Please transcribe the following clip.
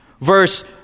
verse